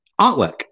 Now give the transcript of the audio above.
artwork